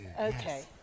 Okay